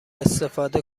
استفاده